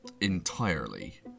entirely